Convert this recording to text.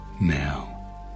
now